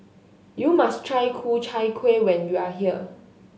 you must try Ku Chai Kueh when you are here